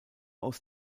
aus